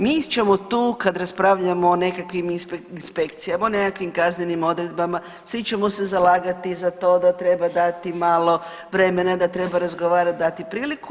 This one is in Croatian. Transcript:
Mi ćemo tu kad raspravljamo o nekakvim inspekcijama, o nekakvim kaznenim odredbama svi ćemo se zalagati za to da treba dati malo vremena, da treba razgovarati, dati priliku.